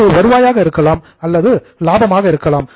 இது வருவாயாக இருக்கலாம் அல்லது லாபமாக இருக்கலாம்